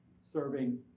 serving